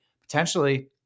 potentially